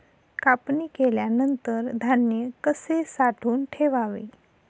कापणी केल्यानंतर धान्य कसे साठवून ठेवावे?